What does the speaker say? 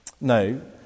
No